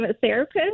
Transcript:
therapist